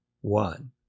one